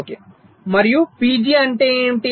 02 మరియు పిజి అంటే ఏమిటి